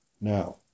now